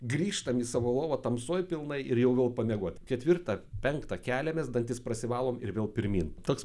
grįžtam į savo lovą tamsoj pilnai ir jau vėl pamiegot ketvirtą penktą keliamės dantis prasivalom ir vėl pirmyn toks